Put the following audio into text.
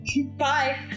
bye